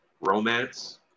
romance